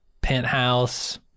penthouse